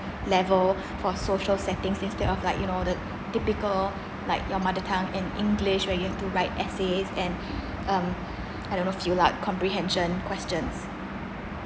level for social settings instead of like you know the typical like your mother tongue and english where you have to write essays and um I don't know if you lah comprehension questions